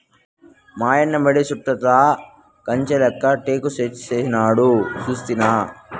మాయన్న మడి చుట్టూతా కంచెలెక్క టేకుచెట్లేసినాడు సూస్తినా